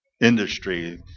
industry